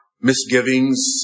misgivings